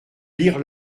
lire